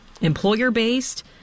employer-based